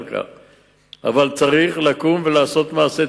אבל צריך לקום ולעשות מעשה.